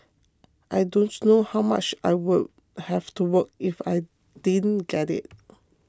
i don't know how much I would have to work if I didn't get it